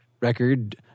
record